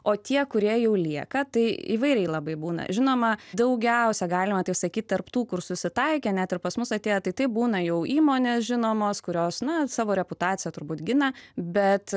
o tie kurie jau lieka tai įvairiai labai būna žinoma daugiausia galima taip sakyt tarp tų kur susitaikė net ir pas mus atėję tai taip būna jau įmonės žinomos kurios na savo reputaciją turbūt gina bet